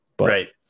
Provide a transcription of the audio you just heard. right